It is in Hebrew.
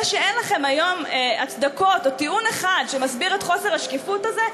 זה שאין לכם היום הצדקות או טיעון אחד שמסביר את חוסר השקיפות הזה,